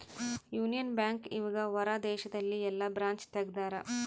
Union Bank ಇವಗ ಹೊರ ದೇಶದಲ್ಲಿ ಯೆಲ್ಲ ಬ್ರಾಂಚ್ ತೆಗ್ದಾರ